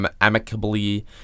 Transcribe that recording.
amicably